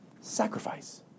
sacrifice